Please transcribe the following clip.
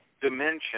dimension